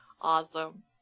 Awesome